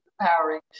empowering